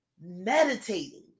meditating